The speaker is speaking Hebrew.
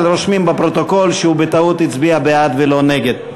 אבל רושמים בפרוטוקול שהוא בטעות הצביע בעד ולא נגד.